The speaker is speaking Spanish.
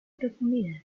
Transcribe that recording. profundidad